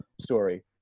story